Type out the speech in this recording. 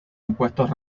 impuestos